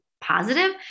positive